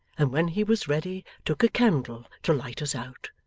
and when he was ready took a candle to light us out.